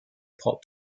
pop